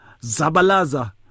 Zabalaza